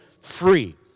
free